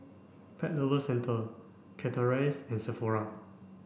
Pet Lovers Centre Chateraise and Sephora